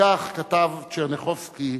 כך כתב טשרניחובסקי